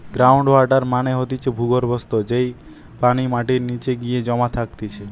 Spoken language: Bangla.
গ্রাউন্ড ওয়াটার মানে হতিছে ভূর্গভস্ত, যেই পানি মাটির নিচে গিয়ে জমা থাকতিছে